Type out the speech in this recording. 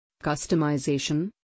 Customization